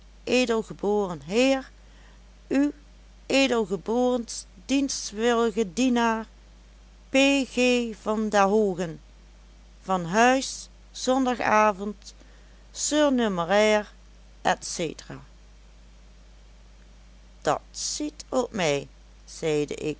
zijn weledelgeboren heer uwedelgeborens dienstw dienaar p g van der hoogen van huis zondagavond surnumerair etc dat ziet op mij zeide ik